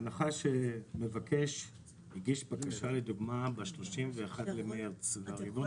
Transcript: אז בהנחה שמישה הגיש בקשה באמצע ריבעון לקחנו